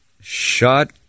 Shut